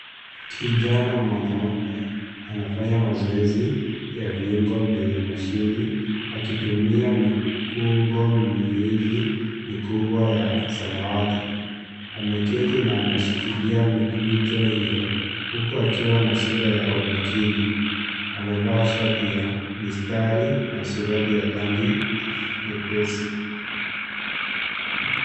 Kijana mwanaume anafanya mazoezi ya viungo vyenye mashine akitumia mikungo miwili mikubwa ya samawati, ameketi na kushikilia mikujo hiyo huku akiwa na sura ya umakini, amevaa sharti ya mistari na suruali ya rangi nyepesi.